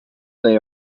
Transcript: they